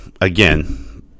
again